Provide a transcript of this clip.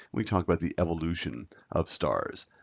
we talked about the evolution of stars.